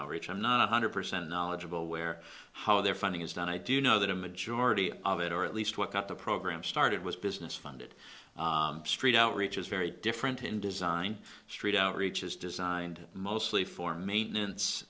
outreach i'm not one hundred percent knowledgeable where how their funding is done i do know that a majority of it or at least what got the program started was business funded street outreach is very different in design street outreach is designed mostly for maintenance